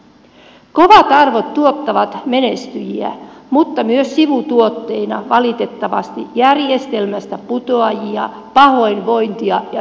kovat arvot tuottavat menestyjiä mutta sivutuotteina valitettavasti myös järjestelmästä putoajia pahoinvointia ja syrjäytymistä